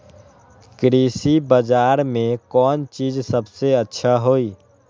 कृषि बजार में कौन चीज सबसे अच्छा होई?